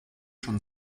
schon